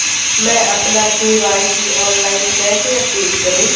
मैं अपना KYC online कैसे अपडेट करूँ?